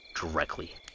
directly